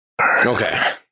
okay